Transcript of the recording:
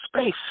space